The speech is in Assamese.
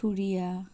থুৰিয়া